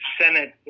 Senate